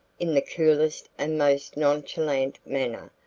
in the coolest and most nonchalant manner,